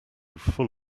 full